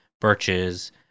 birches